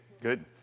good